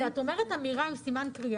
לרגולטור לוקח הרבה זמן לאמץ את הרגולציה